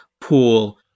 pool